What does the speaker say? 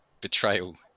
betrayal